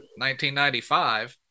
1995